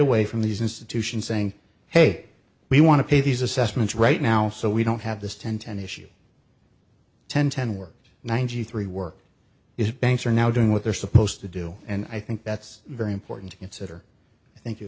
away from these institutions saying hey we want to pay these assessments right now so we don't have this ten ten issue ten ten worked ninety three work is banks are now doing what they're supposed to do and i think that's very important to consider i thank you